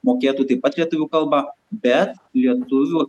mokėtų taip pat lietuvių kalbą bet lietuvių